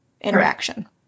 interaction